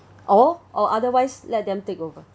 or or otherwise let them take over